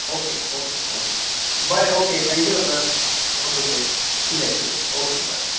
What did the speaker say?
okay okay okay बरें okay thank you doctor have a good day yes yes okay बरें